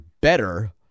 better